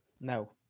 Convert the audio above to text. No